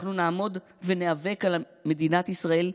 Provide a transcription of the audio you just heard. אנחנו נעמוד וניאבק על מדינת ישראל,